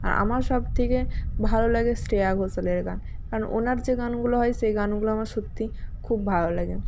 আর আমার সবথেকে ভালো লাগে শ্রেয়া ঘোষালের গান কারণ ওনার যে গানগুলো হয় সেই গানগুলো আমার সত্যি খুব ভালো লাগে